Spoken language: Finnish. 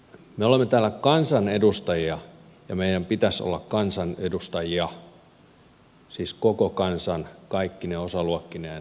me olemme täällä kansanedustajia ja meidän pitäisi olla kansan edustajia siis koko kansan kaikkine osaluokkineen yhteiskuntaluokkineen